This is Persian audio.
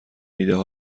ایدهها